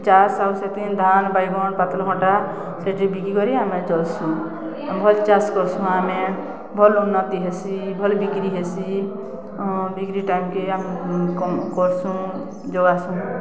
ଚାଷ୍ ଆଉ ସେତି ଧାନ୍ ବାଇଗଣ୍ ପାତଲ୍ଘଟା ସେଥି ବିକି କରି ଆମେ ଚଲ୍ସୁ ଭଲ୍ ଚାଷ୍ କର୍ସୁଁ ଆମେ ଭଲ୍ ଉନ୍ନତି ହେସି ଭଲ୍ ବିକ୍ରି ହେସି ବିକ୍ରି ଟାଇମ୍କେ ଆମେ କର୍ସୁଁ ଯୋଗାସୁଁ